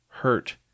hurt